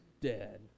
dead